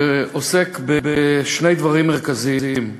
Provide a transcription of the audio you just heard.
עוסק בשני דברים מרכזיים: